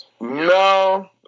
no